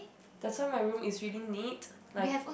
that's why my room is really neat like